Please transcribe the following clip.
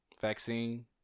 vaccine